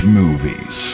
movies